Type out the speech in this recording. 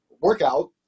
workout